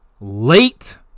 late